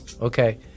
Okay